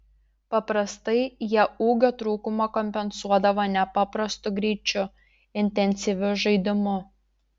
paprastai jie ūgio trūkumą kompensuodavo nepaprastu greičiu intensyviu žaidimu